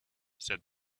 said